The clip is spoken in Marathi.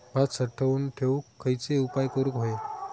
भात साठवून ठेवूक खयचे उपाय करूक व्हये?